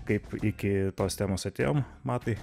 kaip iki tos temos atėjom matai